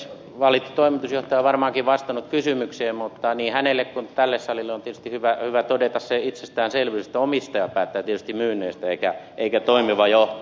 valittu toimitusjohtaja on varmaankin vastannut kysymykseen mutta niin hänelle kuin tälle salille on tietysti hyvä todeta se itsestäänselvyys että omistaja päättää tietysti myynneistä eikä toimiva johto